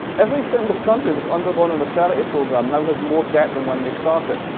every single country that's undergone an austerity program now has more debt than when they started.